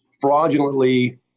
fraudulently